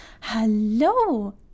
Hello